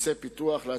מסי פיתוח.